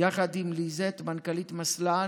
יחד עם ליזט, מנכ"לית מסל"ן,